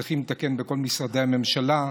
שצריך לתקן בכל משרדי הממשלה.